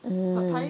mm